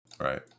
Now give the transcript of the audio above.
right